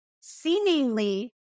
seemingly